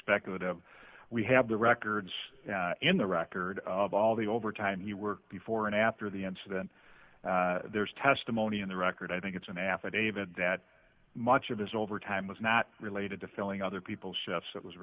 speculative we have the records in the record of all the overtime he worked before and after the incident there's testimony in the record i think it's an affidavit that much of his overtime was not related to filling other people's chefs it was